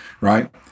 Right